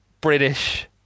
British